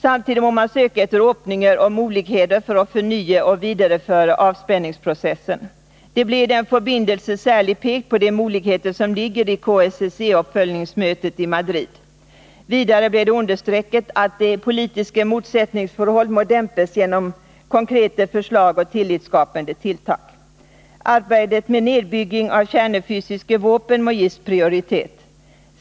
Samtidig må man sgke etter åpninger og muligheter for å fornye og videreföre avspenningsprosessen. Det ble i den forbindelse serlig pekt på de muligheter som ligger i KSSE-oppfolgingsmetet i Madrid. Videre ble det understreket at de politiske motsetningsforhold må dempes gjennom konkrete forslag og tillitskapende tiltak. Arbeidet med nedbygging av kjernefysiske våpen må gis prioritet.